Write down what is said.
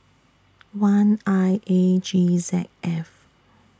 one I A G Z F